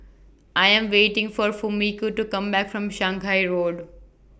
I Am waiting For Fumiko to Come Back from Shanghai Road